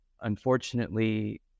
unfortunately